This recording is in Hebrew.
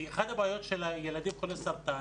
כי אחת הבעיות של ילדים חולי סרטן,